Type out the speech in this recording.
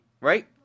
right